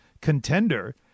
contender